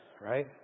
right